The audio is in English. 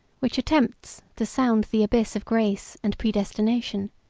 which attempts to sound the abyss of grace and predestination,